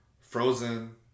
Frozen